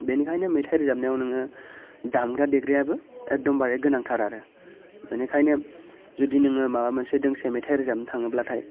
बेनिखायनो मेथाइ रोजाबनायाव नोङो दामग्रा देग्रायाबो एखदमबारे गोनांथार आरो बेनिखायनो जुदि नोङो माबा मोनसे दोंसे मेथाइ रोजाबनो थाङोब्लाथाय